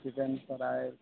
chicken fry